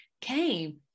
came